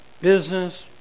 business